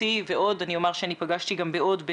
יכולים לפגוע בבריאות דרך